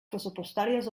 pressupostàries